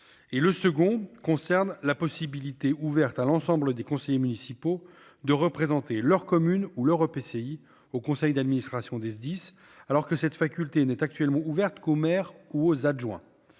Le second concerne la possibilité ouverte à l'ensemble des conseillers municipaux de représenter leur commune ou leur EPCI au conseil d'administration du SDIS, faculté ouverte actuellement uniquement aux maires ou à leurs adjoints.